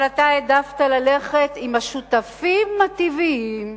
אבל אתה העדפת ללכת עם השותפים הטבעיים.